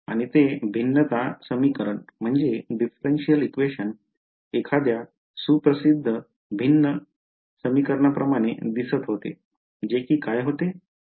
आणि ते भिन्नता समीकरण एखाद्या सुप्रसिद्ध भिन्न समीकरणाप्रमाणे दिसत होते जे कि काय होते